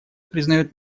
признает